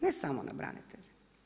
Ne samo na branitelje.